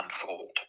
unfold